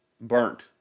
burnt